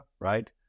right